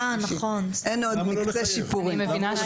אין עוד מקצה שיפורים.